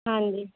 ਹਾਂਜੀ